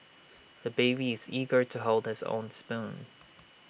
the baby is eager to hold his own spoon